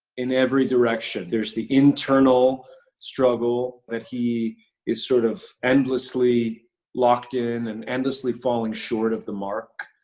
in every direction. there's the internal struggle that he is sort of endlessly locked in and endlessly falling short of the mark,